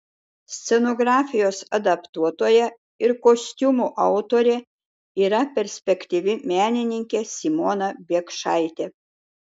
scenografijos adaptuotoja ir kostiumų autorė yra perspektyvi menininkė simona biekšaitė